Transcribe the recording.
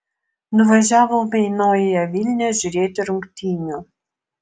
nuvažiavome į naująją vilnią žiūrėti rungtynių